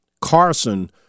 Carson